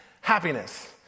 happiness